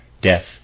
Death